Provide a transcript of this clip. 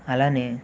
అలానే